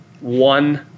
one